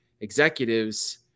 executives